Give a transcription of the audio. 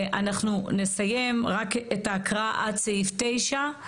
אנחנו נסיים רק את ההקראה עד סעיף 9,